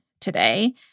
today